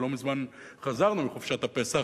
ולא מזמן חזרנו מחופשת הפסח,